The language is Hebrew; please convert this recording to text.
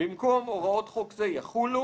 בסעיף 3, במקום המילים "הוראות חוק זה יחולו"